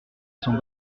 sont